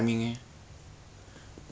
then I'm the one that gets de-skilled